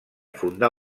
fundar